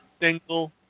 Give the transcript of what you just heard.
single